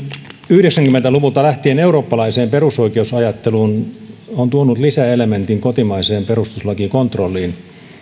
yhdeksänkymmentä luvulta lähtien eurooppalaiseen perusoikeusajatteluun on tuonut lisäelementin kotimaiseen perustuslakikontrolliin